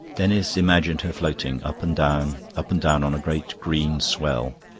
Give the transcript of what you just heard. denis imagined her floating up and down, up and down on a great green swell.